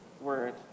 word